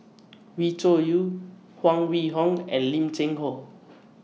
Wee Cho Yaw Huang Wenhong and Lim Cheng Hoe